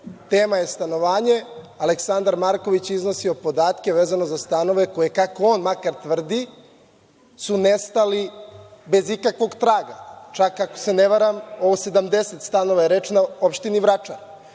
Tema je stanovanje. Aleksandar Marković je iznosio podatke vezano za stanove koje, kako on makar tvrdi, su nestali bez ikakvog traga. Čak ako se ne varam o 70 stanova je rečeno, opštini Vračar.E,